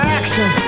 action